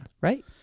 right